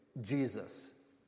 Jesus